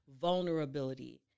vulnerability